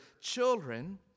children